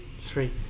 three